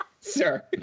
Sir